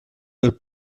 del